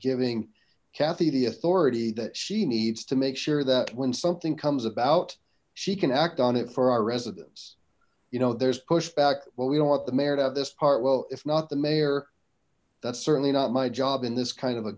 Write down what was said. authority that she needs to make sure that when something comes about she can act on it for our residents you know there's pushback well we don't want the mayor to have this part well if not the mayor that's certainly not my job in this kind of a